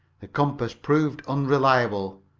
the compass proved unreliable,